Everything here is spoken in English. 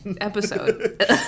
episode